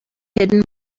hidden